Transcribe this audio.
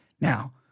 Now